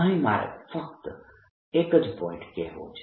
અહીં મારે ફક્ત એક જ પોઇન્ટ કહેવો છે